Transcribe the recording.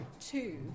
two